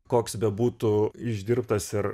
koks bebūtų išdirbtas ir